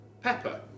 Pepper